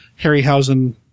Harryhausen